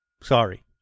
Sorry